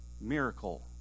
miracle